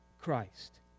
Christ